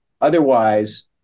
Otherwise